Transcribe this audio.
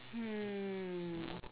hmm